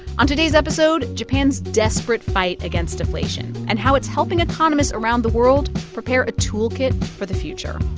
on today's episode, japan's desperate fight against deflation and how it's helping economists around the world prepare a toolkit for the future